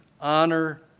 honor